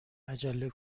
عجله